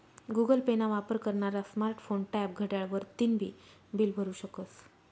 Google Pay ना वापर करनारा स्मार्ट फोन, टॅब, घड्याळ वरतीन बी बील भरु शकस